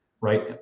right